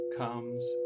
comes